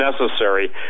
necessary